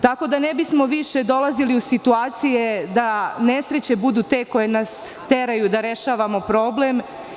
Tako da ne bismo više dolazili u situacije da nesreće budu te koje nas teraju da rešavamo problem.